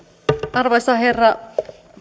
arvoisa herra